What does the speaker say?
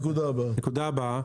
נקודה הבאה.